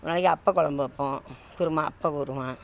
ஒரு நாளைக்கு அப்ப குழம்பு வைப்போம் குருமா அப்ப குருமா